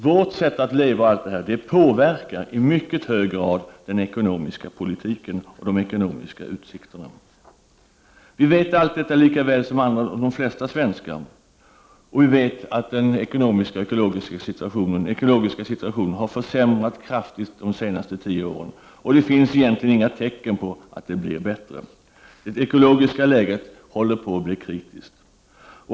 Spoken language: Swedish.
Vårt sätt att leva och allt det här påverkar i mycket hög grad den ekonomiska politiken och de ekonomiska utsikterna. Vi vet allt detta lika väl som de flesta svenskar, och vi vet att den ekonomiska och ekologiska situationen har försämrats kraftigt de senaste tio åren och det finns egentligen inga tecken på att det blir bättre. Det ekologiska läget håller på att bli kritiskt.